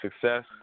success